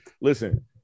Listen